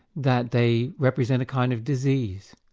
that they represent a kind of disease,